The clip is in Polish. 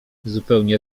zupełnie